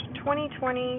2020